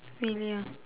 really ah